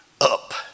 up